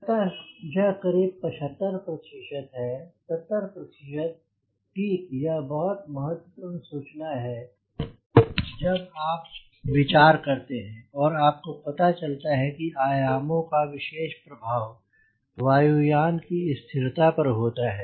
अतः यह करीब 75 प्रतिशत है 70 प्रतिशत ठीक यह बहुत महत्वपूर्ण सूचना है जब आप विचार करते हैं और आप को पता चलता है कि आयामों का विशेष प्रभाव वायु यान की स्थिरता पर होता है